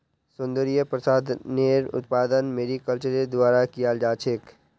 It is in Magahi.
सौन्दर्य प्रसाधनेर उत्पादन मैरीकल्चरेर द्वारा कियाल जा छेक